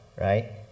right